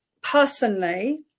personally